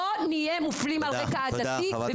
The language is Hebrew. לא נהיה מופלים בבריאות על רקע עדתית.